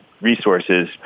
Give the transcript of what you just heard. resources